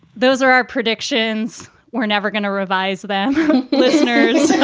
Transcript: those are our predictions. we're never going to revise them listeners.